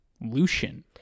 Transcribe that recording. Lucian